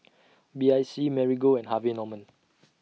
B I C Marigold and Harvey Norman